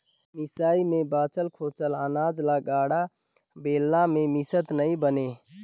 मिसई मे बाचल खोचल अनाज ल गाड़ा, बेलना मे मिसत नी बने